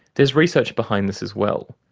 there's research behind this as well.